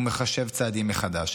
ומחשב צעדים מחדש.